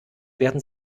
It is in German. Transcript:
werden